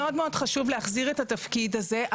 מאוד מאוד חשוב להחזיר את התפקיד הזה,